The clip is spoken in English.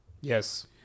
Yes